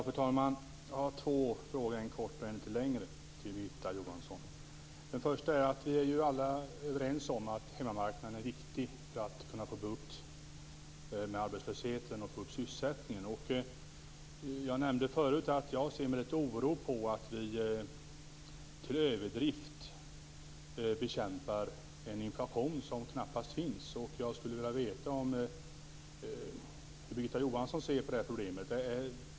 Fru talman! Jag har två frågor, en kort och en litet längre till Birgitta Johansson. Den första gäller att vi alla är överens om att hemmamarknaden är viktig för att vi skall kunna få bukt med arbetslösheten och öka sysselsättningen. Jag nämnde förut att jag ser med litet oro på att vi till överdrift bekämpar en inflation som knappast finns. Jag skulle vilja veta hur Birgitta Johansson ser på detta problem.